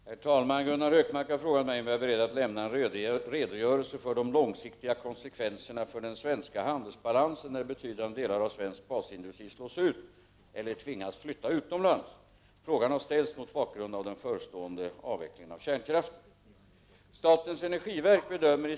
Herr talman! Gunnar Hökmark har frågat mig om jag är beredd att lämna en redogörelse för de långsiktiga konsekvenserna för den svenska handelsbalansen när betydande delar av svensk basindustri slås ut eller tvingas flytta utomlands. Frågan har ställts mot bakgrund av den förestående kärnkraftsavvecklingen.